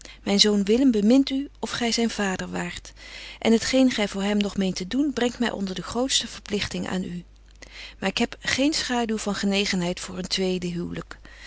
myn zoon willem bemint u of gy zyn vader waart en het geen gy voor hem nog meent te doen brengt my onder de grootste verpligting aan u maar ik heb geen schaduw van genegenheid voor een twede